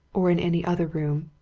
or in any other room?